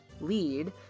lead